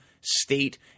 State